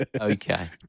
Okay